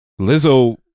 lizzo